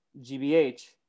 GBH